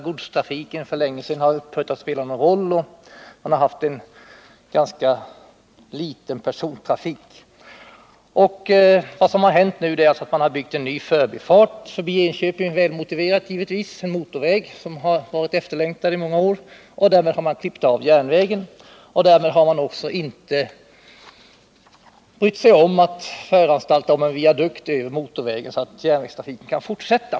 Godstrafiken har för länge sedan upphört att spela någon roll, och man har haft en ganska liten persontrafik. Vad som nu har hänt är att det har byggts en ny och naturligtvis välmotiverad förbifart vid Enköping, en sedan många år efterlängtad motorväg. Men därmed har man också klippt av järnvägen utan att bry sig om att föranstalta om någon viadukt vid motorvägen, så att järnvägstrafiken kan fortsätta.